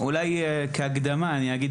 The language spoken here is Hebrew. כהקדמה אגיד,